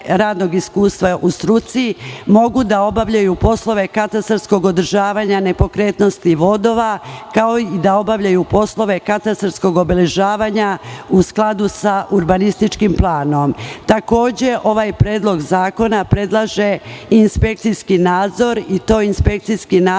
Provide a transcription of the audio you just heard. radnog iskustva u struci, mogu da obavljaju poslove katastarskog održavanja nepokretnosti vodova, kao i da obavljaju poslove katastarskog obeležavanja u skladu sa urbanističkim planom. Takođe, ovaj predlog zakona predlaže inspekcijski nadzor, i to inspekcijski nadzor